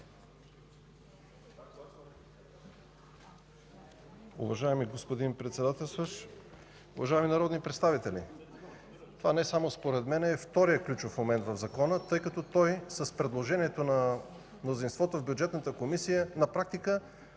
Уважаеми господин Председател, уважаеми народни представители! Не само според мен, това е вторият ключов момент в закона, тъй като с предложението на мнозинството в Бюджетната комисия той на практика